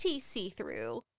see-through